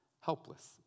helpless